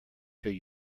till